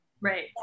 Right